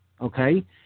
okay